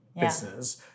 business